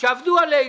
שעבדו עלינו.